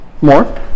More